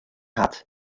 hat